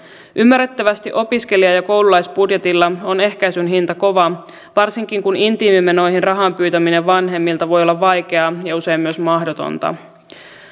ymmärrettävästi opiskelija ja koululaisbudjetilla on ehkäisyn hinta kova varsinkin kun intiimimenoihin rahan pyytäminen vanhemmilta voi olla vaikeaa ja usein myös mahdotonta